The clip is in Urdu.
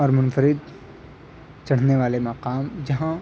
اور منفرد چڑھنے والے مقام جہاں